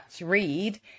read